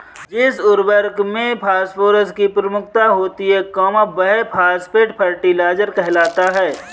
जिस उर्वरक में फॉस्फोरस की प्रमुखता होती है, वह फॉस्फेट फर्टिलाइजर कहलाता है